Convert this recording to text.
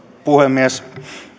puhemies